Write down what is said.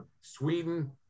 Sweden